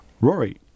Rory